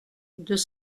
deux